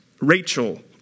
Rachel